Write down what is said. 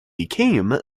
became